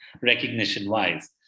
recognition-wise